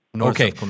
Okay